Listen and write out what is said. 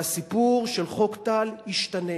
והסיפור של חוק טל ישתנה,